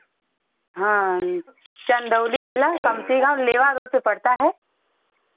हाँ चंदौली जिला कमती गाँव लेवा रोड पर पड़ता है